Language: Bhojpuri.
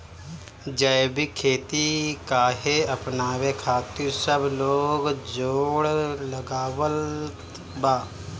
जैविक खेती काहे अपनावे खातिर सब लोग जोड़ लगावत बा?